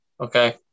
okay